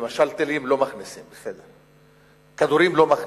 למשל, טילים לא מכניסים, בסדר, כדורים לא מכניסים.